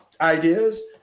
ideas